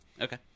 Okay